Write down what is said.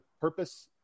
purpose